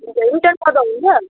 return गर्दा हुन्छ